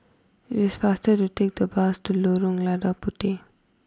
it is faster to take the bus to Lorong Lada Puteh